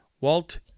Walt